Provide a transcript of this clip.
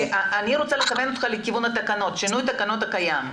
אותך לשינוי התקנות הקיימות.